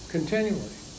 Continually